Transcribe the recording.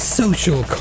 social